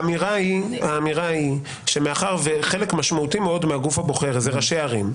האמירה היא שמאחר שחלק משמעותי מאוד מהגוף הבוחר זה ראשי ערים,